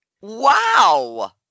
Wow